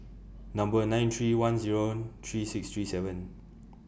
Number nine three one Zero three six three seven